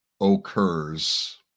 occurs